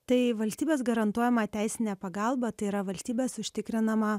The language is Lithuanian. tai valstybės garantuojamą teisinę pagalbą tai yra valstybės užtikrinama